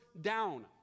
down